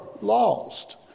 lost